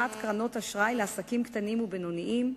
קרנות אשראי לעסקים קטנים ובינוניים,